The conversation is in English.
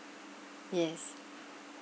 yes